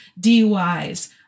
DUIs